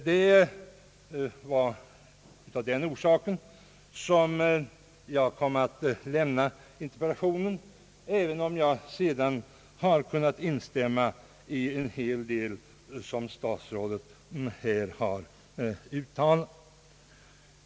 Det är av den orsaken som jag framställt min interpellation, även om jag sedan har kunnat instämma i en hel del av vad statsrådet här har uttalat.